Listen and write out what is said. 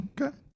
Okay